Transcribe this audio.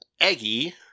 Eggie